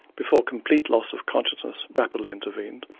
before complete loss of consciousness rapidly intervened,